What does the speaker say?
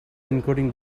encoding